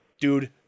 dude